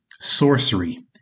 sorcery